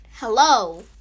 Hello